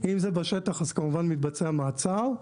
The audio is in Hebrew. אם זה בשטח אז כמובן מתבצע מעצר.